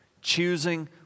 Choosing